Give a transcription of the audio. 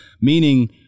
meaning